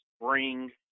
bring